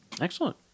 excellent